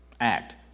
act